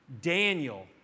Daniel